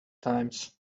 times